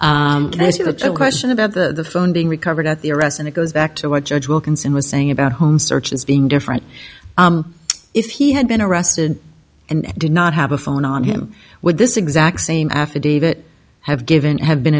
you the question about the phone being recovered at the arrest and it goes back to what judge wilkinson was saying about home searches being different if he had been arrested and did not have a phone on him would this exact same affidavit have given have been